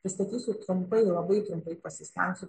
pristatysiu trumpai labai trumpai pasistengsiu